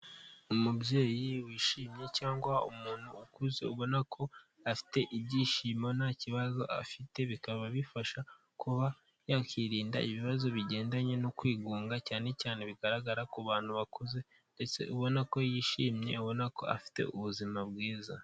Umubyeyi wishimye cyangwa umuntu ukuze ubona ko, afite ibyishimo nta kibazo afite; bikaba bifasha kuba yakirinda ibibazo bigendanye no kwigunga, cyane cyane bigaragara ku bantu bakuze; ndetse ubona ko yishimye, ubona ko afite ubuzima bwiza.